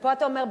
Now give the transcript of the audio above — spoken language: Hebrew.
ופה אתה אומר,